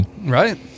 Right